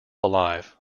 alive